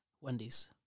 Wendy's